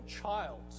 child